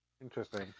interesting